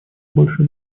больше